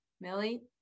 Millie